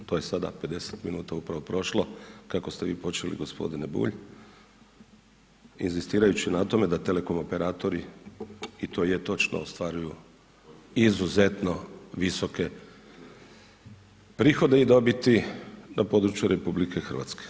To je sada 50 minuta upravo prošlo kako ste vi počeli, g. Bulj, inzistirajući na tome da telekom operatori i to je točno, ostvaruju izuzetno visoke prihode i dobiti na području RH.